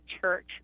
church